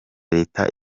leta